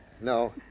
No